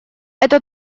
это